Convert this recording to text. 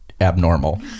abnormal